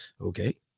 Okay